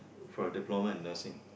for a diploma in nursing